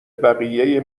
بقیه